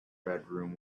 bedroom